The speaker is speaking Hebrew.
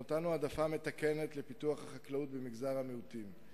אנחנו נתנו העדפה מתקנת לפיתוח החקלאות במגזר המיעוטים.